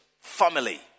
family